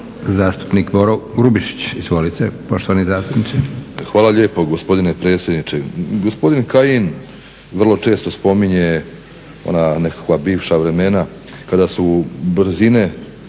zastupniče. **Grubišić, Boro (HDSSB)** Hvala lijepo gospodine predsjedniče. Gospodin Kajin vrlo često spominje ona nekakva bivša vremena kada su brzine